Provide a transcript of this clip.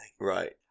Right